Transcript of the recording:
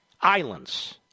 islands